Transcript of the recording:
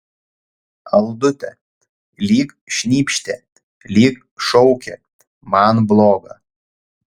aldute lyg šnypštė lyg šaukė man bloga